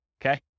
Okay